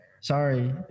Sorry